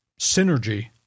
synergy